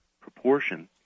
proportion